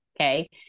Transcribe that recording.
Okay